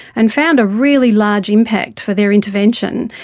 and found a really large impact for their intervention.